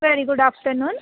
very good afternoon